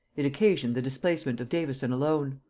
it occasioned the displacement of davison alone.